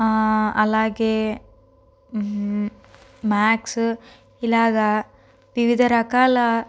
అలాగే మ్యాక్స్ ఇలాగ వివిధ రకాల